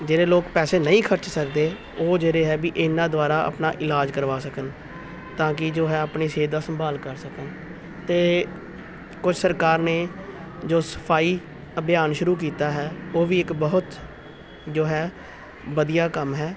ਜਿਹੜੇ ਲੋਕ ਪੈਸੇ ਨਹੀਂ ਖਰਚ ਸਕਦੇ ਉਹ ਜਿਹੜੇ ਹੈ ਵੀ ਇਹਨਾਂ ਦੁਆਰਾ ਆਪਣਾ ਇਲਾਜ ਕਰਵਾ ਸਕਣ ਤਾਂ ਕਿ ਜੋ ਹੈ ਆਪਣੀ ਸਿਹਤ ਦਾ ਸੰਭਾਲ ਕਰ ਸਕਣ ਅਤੇ ਕੁਛ ਸਰਕਾਰ ਨੇ ਜੋ ਸਫਾਈ ਅਭਿਆਨ ਸ਼ੁਰੂ ਕੀਤਾ ਹੈ ਉਹ ਵੀ ਇੱਕ ਬਹੁਤ ਜੋ ਹੈ ਵਧੀਆ ਕੰਮ ਹੈ